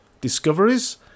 discoveries